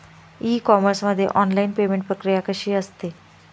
E commerce मध्ये online payment प्रक्रिया कशी असते?